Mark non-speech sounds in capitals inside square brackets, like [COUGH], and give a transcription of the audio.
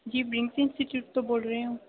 ਜੀ [UNINTELLIGIBLE] ਇੰਸਟੀਚਿਊਟ ਤੋਂ ਬੋਲ ਰਹੇ ਹੋ